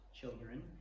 children